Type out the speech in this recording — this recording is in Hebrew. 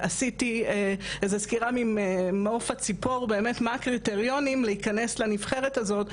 עשיתי איזה סקירה ממעוף הציפור באמת מה הקריטריונים להיכנס לנבחרת הזאת,